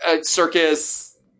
circus